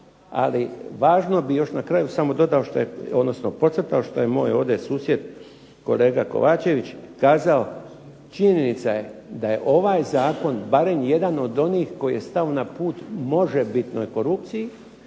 Ali važno bi još na kraju samo dodao što je, odnosno podcrtao što je moj ovdje susjed kolega Kovačević kazao. Činjenica je da je ovaj zakon barem jedan od onih koji je stao na put možebitnoj korupciji,